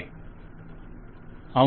client అవును